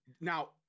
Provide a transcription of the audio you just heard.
now